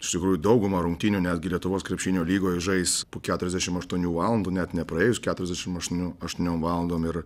iš tikrųjų daugumą rungtynių netgi lietuvos krepšinio lygoje žais po keturiasdešim aštuonių valandų net nepraėjus keturiasdešim aštuoni aštuoniom valandom ir